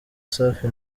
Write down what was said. safi